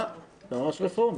ממש רפורמי...